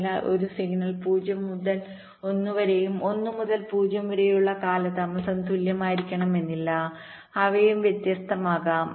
അതിനാൽ ഒരു സിഗ്നൽ 0 മുതൽ 1 വരെയും 1 മുതൽ 0 വരെയുമുള്ള കാലതാമസം തുല്യമായിരിക്കണമെന്നില്ല അവയും വ്യത്യസ്തമാകാം